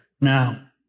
Now